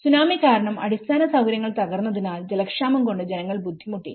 tsunami കാരണം അടിസ്ഥാന സൌകര്യങ്ങൾ തകർന്നതിനാൽജലക്ഷാമം കൊണ്ട് ജനങ്ങൾ ബുദ്ധിമുട്ടി